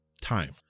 time